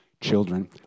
children